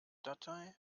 datei